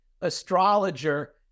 astrologer